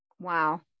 Wow